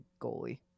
goalie